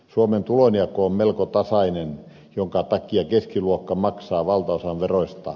suomen tulonjako on melko tasainen jonka takia keskiluokka maksaa valtaosan veroista